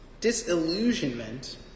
disillusionment